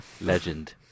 Legend